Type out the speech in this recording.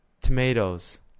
tomatoes